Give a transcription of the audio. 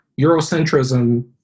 Eurocentrism